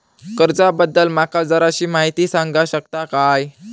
कर्जा बद्दल माका जराशी माहिती सांगा शकता काय?